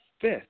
fifth